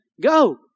go